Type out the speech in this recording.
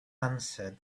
answered